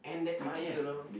we kick around